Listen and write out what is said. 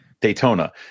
Daytona